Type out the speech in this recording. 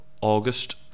August